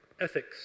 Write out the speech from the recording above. ethics